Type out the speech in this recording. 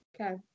Okay